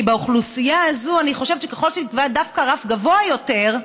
כי באוכלוסייה הזאת אני חושבת שככל שתקבע דווקא רף גבוה יותר,